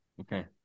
Okay